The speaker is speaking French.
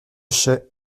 chaix